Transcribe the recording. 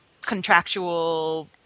contractual